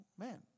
Man